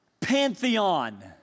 pantheon